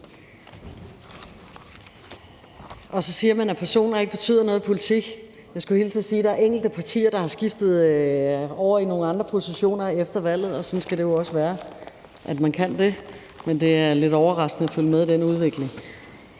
Og så siger man, at personer ikke betyder noget i politik. Jeg skulle hilse at sige, at der er enkelte partier, der er skiftet over i nogle andre positioner efter valget, og sådan skal det jo også være – at man kan det – men det er lidt overraskende at følge med i den udvikling.